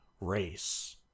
race